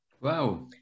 Wow